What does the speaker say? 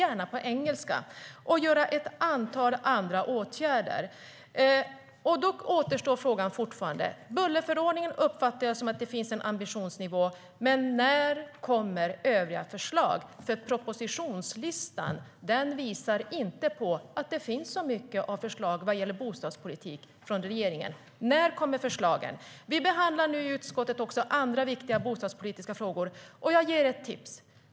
Vill vi även genomföra ett antal andra åtgärder.I utskottet behandlar vi nu också andra viktiga bostadspolitiska frågor. Låt mig ge Socialdemokraterna i civilutskottet ett tips.